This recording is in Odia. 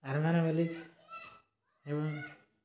ଅର୍ମାନ୍ ମଲ୍ଲିକ୍ ଏବଂ